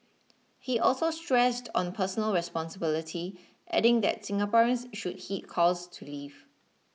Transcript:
he also stressed on personal responsibility adding that Singaporeans should heed calls to leave